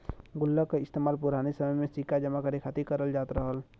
गुल्लक का इस्तेमाल पुराने समय में सिक्का जमा करे खातिर करल जात रहल